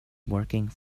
working